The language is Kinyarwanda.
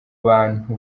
bantu